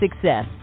Success